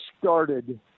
started